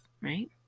right